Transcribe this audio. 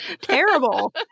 Terrible